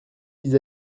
vis